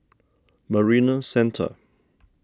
Marina Centre